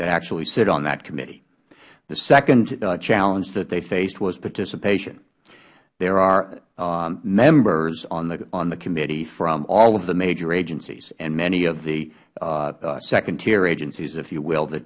that actually sit on that committee the second challenge that they faced was participation there are members on the committee from all of the major agencies and many of the second tier agencies if you will t